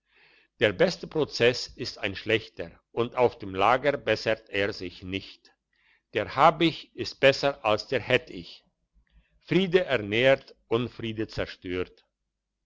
der beste prozess ist ein schlechter und auf dem lager bessert er sich nicht der habich ist besser als der hättich friede ernährt unfriede zerstört